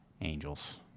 angels